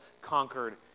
conquered